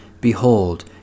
Behold